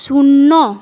শূন্য